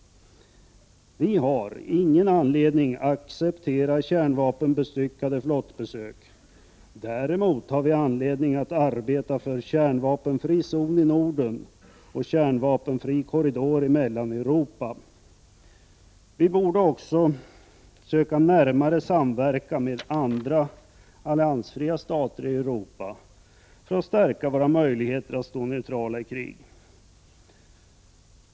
Vi har ingen anledning att acceptera besök av kärnvapenbestyckade flottor. Däremot har vi anledning att arbeta för kärnvapenfri zon i Norden och kärnvapenfri korridor i Mellaneuropa. Vi borde också söka närmare samverka med andra alliansfria stater i Europa för att stärka våra möjligheter att stå neutrala i krig.